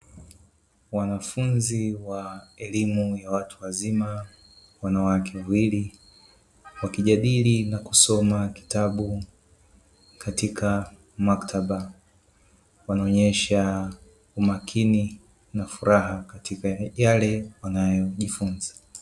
Wanafunzi wa elimu ya watu wazima wanawake wawili wakijadili na kusoma kitabu Katika maktaba wanaonyesha umakini na furaha katika yale wanayojifunza.